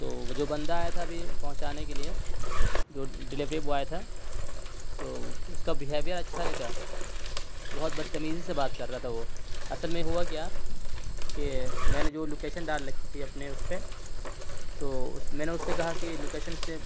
تو وہ جو بندہ آیا تھا ابھی پہنچانے کے لیے جو ڈلیوری بوائے تھا تو اس کا بیہیویر اچھا نہیں تھا بہت بدتمیزی سے بات کر رہا تھا وہ اصل میں ہوا کیا کہ میں نے جو لوکیشن ڈال رکھی تھی اپنے اس پہ تو میں نے اس سے کہا کہ لوکیشن سے